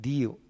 Dio